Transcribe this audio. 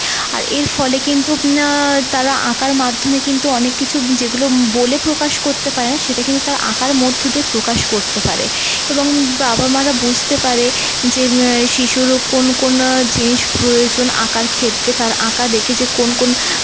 আর এর ফলে কিন্তু তারা আঁকার মাধ্যমে কিন্তু অনেক কিছু যেগুলো বলে প্রকাশ করতে পারে না সেটা কিন্তু তার আঁকার মধ্য দিয়ে প্রকাশ করতে পারে এবং বাবা মারা বুঝতে পারে যে শিশুরও কোন কোন জিনিস প্রয়োজন আঁকার ক্ষেত্রে তার আঁকা দেখে যে কোন কোন